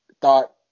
thought